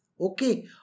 Okay